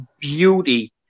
beauty